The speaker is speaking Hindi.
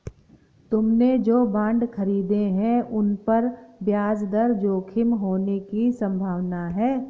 तुमने जो बॉन्ड खरीदे हैं, उन पर ब्याज दर जोखिम होने की संभावना है